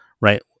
right